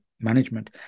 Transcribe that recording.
management